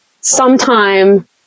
sometime